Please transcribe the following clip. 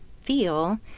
feel